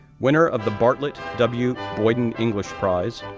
winner of the bartlett w. boyden english prize,